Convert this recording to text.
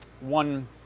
one